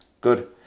good